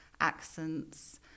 accents